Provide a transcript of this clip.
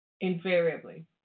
invariably